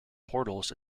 portals